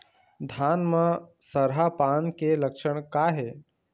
धान म सरहा पान के लक्षण का हे?